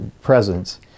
presence